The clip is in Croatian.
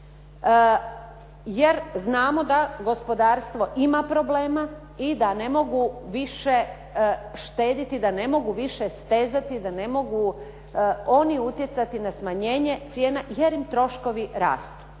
jer znamo da gospodarstvo ima problema i da ne mogu više štedjeti, da ne mogu više stezati, da ne mogu oni utjecati na smanjenje cijena jer im troškovi rastu.